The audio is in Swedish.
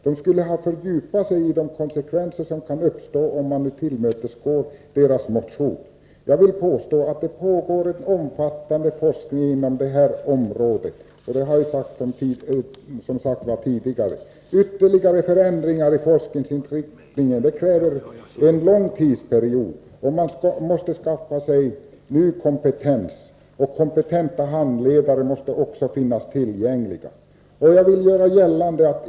De borde ha fördjupat sig i de konsekvenser som kan uppstå om man tillmötesgår kraven i motionen. Det pågår en omfattande forskning inom detta område, vilket jag har påpekat tidigare. Förändringar i forskningens inriktning kräver en lång tidsperiod. Man måste skaffa sig ny kompetens för detta, och kompetenta handledare måste finnas tillgängliga.